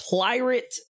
Pirate